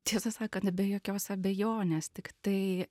tiesą sakant be jokios abejonės tiktai